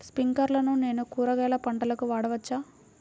స్ప్రింక్లర్లను నేను కూరగాయల పంటలకు వాడవచ్చా?